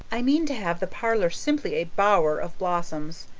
i mean to have the parlor simply a bower of blossoms.